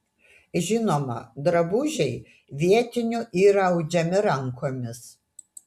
žinoma drabužiai vietinių yra audžiami rankomis